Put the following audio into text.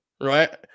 right